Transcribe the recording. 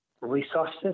resources